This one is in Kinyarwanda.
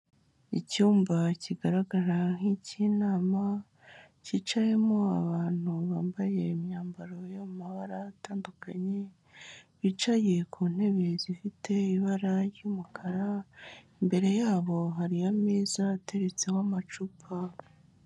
Icyumba kigaragara nk'ikinyinama cyicayemo abantu bambaye imyambaro y'amabara atandukanye bicaye ku ntebe zifite ibara ry'umukara, imbere yabo hariyo ameza ateretseho amacupa.